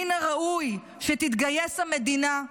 מן הראוי שתתגייס המדינה,